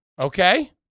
Okay